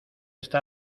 esta